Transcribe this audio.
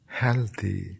healthy